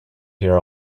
here